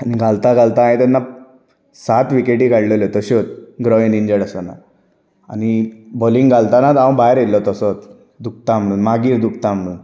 आनी घालता घालता हांय तेन्ना सात विकेटी काडलल्यो तश्योत ग्रॉइन इन्जर्ड आसताना आनी बॉलींग घालतानात हांव भायर येयल्लो तसोत दुखता म्हणून मागीर दुखता म्हणून